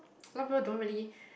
a lot people don't really